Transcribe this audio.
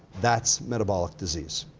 that's metabolic disease,